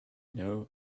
know